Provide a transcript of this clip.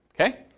Okay